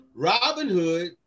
Robinhood